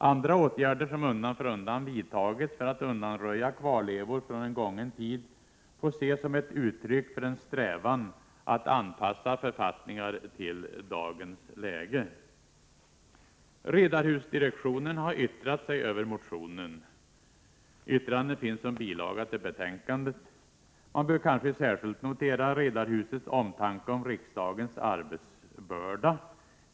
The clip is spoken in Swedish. Andra åtgärder som undan för undan vidtagits för att undanröja kvarlevor från en gången tid får ses som ett uttryck för en strävan att anpassa författningar till dagens läge. Riddarhusdirektionen har yttrat sig över motionen. Yttrandet finns som bilaga till betänkandet. Man bör kanske särskilt notera Riddarhusets omtanke om riksdagens arbetsbörda.